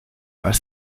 are